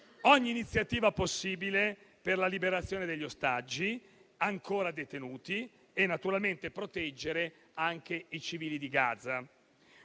ogni iniziativa possibile per la liberazione degli ostaggi ancora detenuti e naturalmente proteggere anche i civili di Gaza.